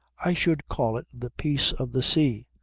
i should call it the peace of the sea,